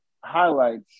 highlights